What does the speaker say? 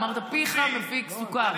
אמרת: פיך מפיק סוכר.